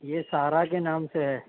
یہ سارا کے نام سے ہے